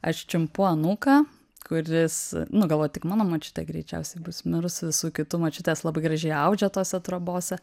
aš čiumpu anūką kuris nu galvojau tik mano močiutė greičiausiai bus mirus visų kitų močiutės labai gražiai audžia tose trobose